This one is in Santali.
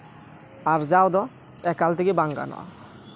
ᱟᱨᱡᱟᱣ ᱫᱚ ᱮᱠᱟᱞ ᱛᱮᱜᱮ ᱵᱟᱝ ᱜᱟᱱᱚᱜᱼᱟ